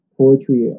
poetry